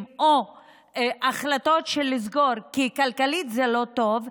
או לקבל החלטות לסגור כי כלכלית זה לא טוב,